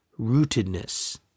rootedness